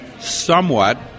somewhat